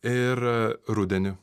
ir rudenį